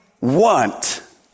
want